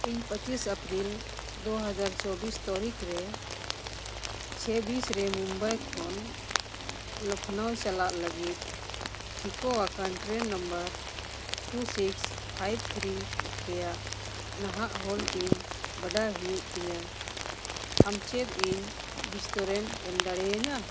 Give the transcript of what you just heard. ᱤᱧ ᱯᱚᱸᱪᱤᱥ ᱮᱯᱨᱤᱞ ᱫᱩ ᱦᱟᱡᱟᱨ ᱪᱚᱵᱽᱵᱤᱥ ᱛᱟᱹᱨᱤᱠᱷ ᱨᱮ ᱪᱷᱟᱵᱽᱵᱤᱥ ᱨᱮ ᱢᱩᱢᱵᱟᱭ ᱠᱷᱚᱱ ᱞᱚᱠᱷᱱᱳ ᱪᱟᱞᱟᱜ ᱞᱟᱹᱜᱤᱫ ᱴᱷᱤᱠᱟᱹ ᱟᱠᱟᱱ train number two six five three ᱨᱮᱭᱟᱜ ᱱᱟᱦᱟᱜ ᱚᱞ ᱛᱤᱧ ᱵᱟᱰᱟᱭ ᱦᱩᱭᱩᱜ ᱛᱤᱧᱟ ᱟᱢ ᱪᱮᱫ ᱤᱧ ᱵᱤᱥᱛᱚᱨ ᱮᱢ ᱮᱢ ᱫᱟᱲᱮᱭᱤᱧᱟ